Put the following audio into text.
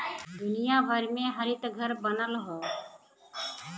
दुनिया भर में हरितघर बनल हौ